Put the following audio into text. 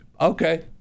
Okay